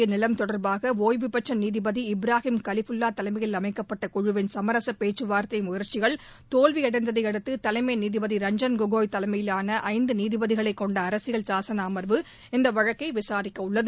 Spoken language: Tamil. அயோத்தியில் உள்ள சாச்சைக்குரிய நிலம் தொடர்பாக ஒய்வுபெற்ற நீதிபதி இப்ராஹிம் கலிஃபுல்லா தலைமையில் அமைக்கப்பட்ட குழுவின் சமரச பேச்சுவார்த்தை முயற்சிகள் தோல்வியடைந்ததை அடுத்து தலைமை நீதிபதி ரஞ்சன் கோகோய் தலைமையிலான ஐந்து நீதிபதிகளைக் கொண்ட அரசியல் சாசன அமர்வு இந்த வழக்கை விசாரிக்க உள்ளது